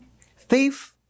Thief